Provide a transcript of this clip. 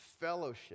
fellowship